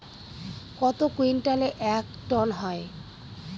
কত কুইন্টালে এক টন হয়?